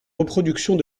reproductions